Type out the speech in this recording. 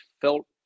felt